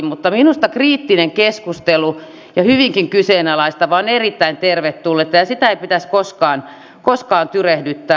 mutta minusta kriittinen keskustelu ja hyvinkin kyseenalaistava on erittäin tervetullutta ja sitä ei pitäisi koskaan tyrehdyttää